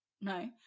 no